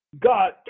God